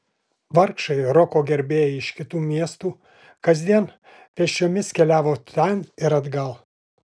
vargšai roko gerbėjai iš kitų miestų kasdien pėsčiomis keliavo ten ir atgal